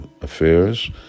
affairs